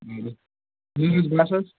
بَس حظ